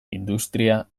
industria